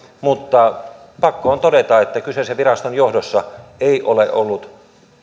mutta pakko on todeta että kyseisen viraston johdossa ei ole ollut